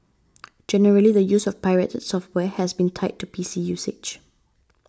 generally the use of pirated software has been tied to P C usage